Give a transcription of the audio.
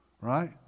Right